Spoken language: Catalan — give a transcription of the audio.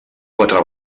quatre